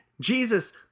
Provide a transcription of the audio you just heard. Jesus